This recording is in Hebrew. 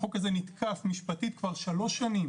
החוק הזה נתקף משפטית כבר שלוש שנים